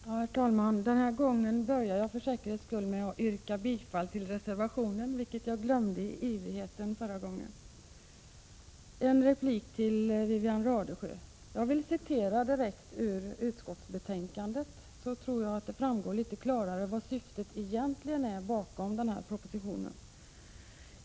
Herr talman! För säkerhets skull börjar jag med att yrka bifall till reservationen, vilket jag i min iver glömde förra gången jag var uppe i talarstolen. I min replik till Wivi-Anne Radesjö vill jag citera direkt ur utskottsbetänkandet. Därmed tror jag att det framgår litet klarare vad syftet egentligen är bakom propositionen.